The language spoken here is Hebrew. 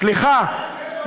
סליחה,